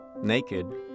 naked